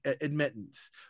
admittance